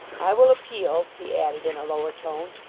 i will appeal he added in a lower tone,